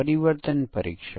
ચાલો આ થોડુંક સમજીએ